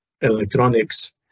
electronics